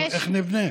איפה נבנה?